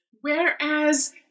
whereas